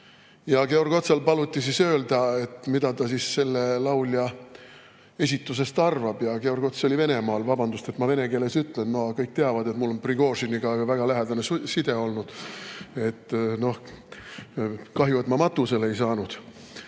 Georg Otsal paluti siis öelda, mida ta selle laulja esitusest arvab. Georg Ots oli Venemaal, vabandust, et ma vene keeles ütlen. No kõik teavad, et mul on Prigožiniga väga lähedane side olnud. Kahju, et ma matusele ei saanud.